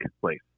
place